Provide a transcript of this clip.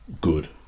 good